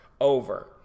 over